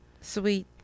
Sweet